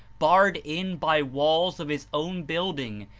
barred in by walls of his own building,